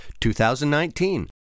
2019